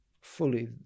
fully